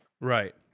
Right